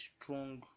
strong